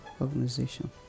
Organization